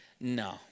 no